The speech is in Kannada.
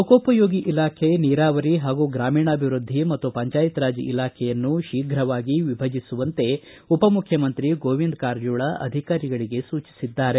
ಲೋಕೋಪಯೋಗಿ ಇಲಾಖೆ ನೀರಾವರಿ ಹಾಗೂ ಗ್ರಾಮೀಣಾಭಿವೃದ್ಧಿ ಮತ್ತು ಪಂಚಾಯತ್ ರಾಜ್ ಇಲಾಖೆಯನ್ನು ಶೀಘವಾಗಿ ವಿಭಜಿಸುವಂತೆ ಉಪಮುಖ್ಯಮಂತ್ರಿ ಗೋವಿಂದ ಕಾರಜೋಳ ಅಧಿಕಾರಿಗಳಿಗೆ ಸೂಚಿಸಿದ್ದಾರೆ